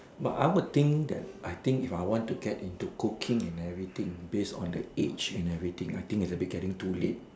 but I would think that I think if I want to get into cooking and everything based on the age and everything I think it's a bit getting too late